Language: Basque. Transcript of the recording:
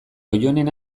oionen